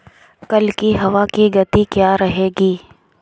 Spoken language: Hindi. कल की हवा की गति क्या रहेगी?